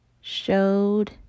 showed